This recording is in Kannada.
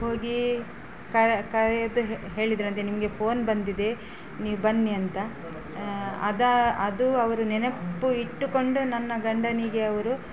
ಹೋಗೀ ಕರೆದು ಹೇಳಿದರಂತೆ ನಿಮಗೆ ಫೋನ್ ಬಂದಿದೆ ನೀವು ಬನ್ನಿ ಅಂತ ಅದು ಅದು ಅವರು ನೆನಪು ಇಟ್ಟುಕೊಂಡು ನನ್ನ ಗಂಡನಿಗೆ ಅವರು